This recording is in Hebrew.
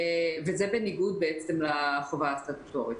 וזה בניגוד לחובה הסטטוטורית.